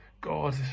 God